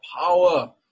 power